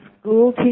school